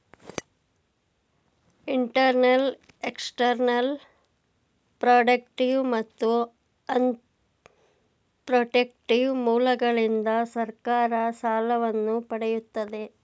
internal, external, productive ಮತ್ತು un protective ಮೂಲಗಳಿಂದ ಸರ್ಕಾರ ಸಾಲವನ್ನು ಪಡೆಯುತ್ತದೆ